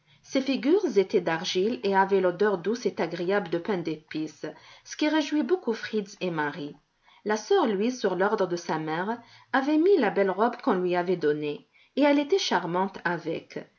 ces figures étaient d'argile et avaient l'odeur douce et agréable de pain d'épice ce qui réjouit beaucoup fritz et marie la sœur louise sur l'ordre de sa mère avait mis la belle robe qu'on lui avait donnée et elle était charmante avec